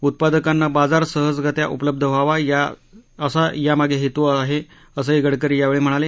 उत्पादकांना बाजार सहजगत्या उपलब्ध व्हावा असा यामागे हेतू आहे असंही गडकरी यावेळी म्हणाले